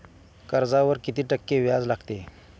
कर्जावर किती टक्के व्याज लागते?